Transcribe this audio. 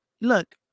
look